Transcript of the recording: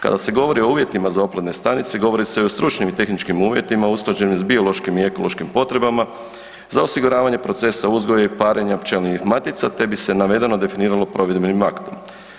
Kada se govori o uvjetima za oplodne stanice govori se o stručnim i tehničkim uvjetima usklađenim s biološkim i ekološkim potrebama za osiguravanja procesa uzgoja i parenja pčelinjih matica te bi se navedeno definiralo provedenim aktom.